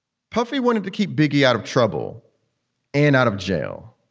puffy wanted to keep biggie out of trouble and out of jail.